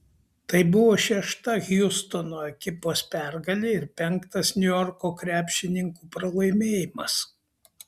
tai buvo šešta hjustono ekipos pergalė ir penktas niujorko krepšininkų pralaimėjimas